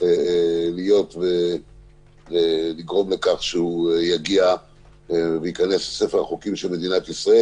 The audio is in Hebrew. להיות ולגרום לכך שהיא תיכנס לספר החוקים של מדינת ישראל,